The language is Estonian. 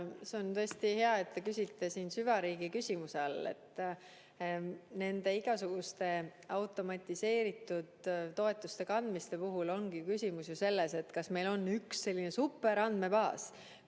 See on tõesti hea, et te küsisite seda süvariigi küsimuse all. Igasuguste automatiseeritud toetuste andmise puhul ongi küsimus ju selles, kas meil on üks selline superandmebaas,